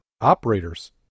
operators